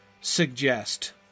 suggest